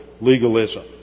legalism